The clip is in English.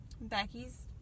Becky's